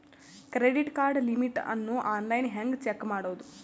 Credit card limit ಅನ್ನು online ಹೆಂಗ್ check ಮಾಡೋದು?